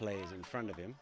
plays in front of him